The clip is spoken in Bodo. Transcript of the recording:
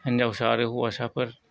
हिनजावसा आरो हौवासाफोरखौ